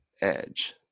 edge